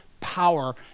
power